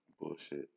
Bullshit